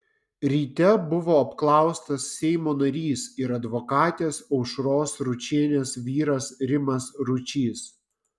ryte buvo apklaustas seimo narys ir advokatės aušros ručienės vyras rimas ručys